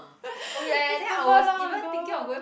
super long ago